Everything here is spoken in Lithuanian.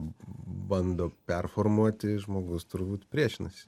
bando performuoti žmogus turbūt priešinasi